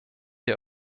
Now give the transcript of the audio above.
der